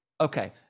Okay